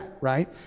right